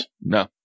No